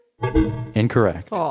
Incorrect